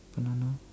banana